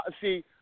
See